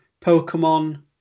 Pokemon